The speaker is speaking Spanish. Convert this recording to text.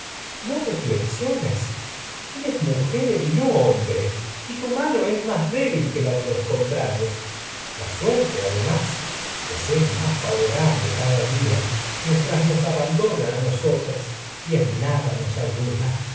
más eres mujer no hombre más que la de los contrarios la suerte además les es día mientras nos abandona a nos favorable cada otras y en nada nos ayuda